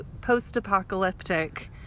post-apocalyptic